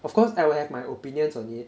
of course I will have my opinions on it